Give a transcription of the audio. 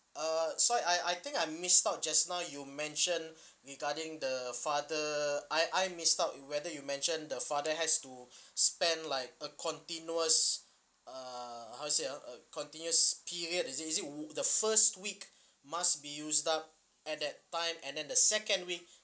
uh so I I think I missed out just now you mention regarding the father I I missed out whether you mention the father has to spend like a continuous uh how to say ah a continuous period is it is it wo~ the first week must be used up at that time and then the second week